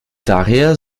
daher